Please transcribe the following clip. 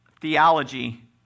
theology